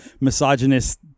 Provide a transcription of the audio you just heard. misogynist